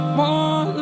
more